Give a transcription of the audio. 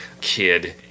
kid